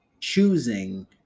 choosing